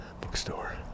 bookstore